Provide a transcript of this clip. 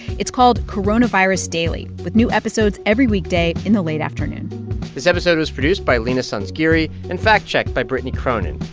it's called coronavirus daily with new episodes every weekday in the late afternoon this episode was produced by leena sanzgiri and fact-checked by brittany cronin.